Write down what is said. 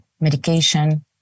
medication